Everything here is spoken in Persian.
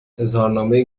اظهارنامه